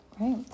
Right